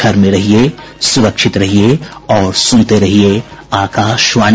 घर में रहिये सुरक्षित रहिये और सुनते रहिये आकाशवाणी